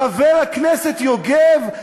חבר הכנסת יוגב,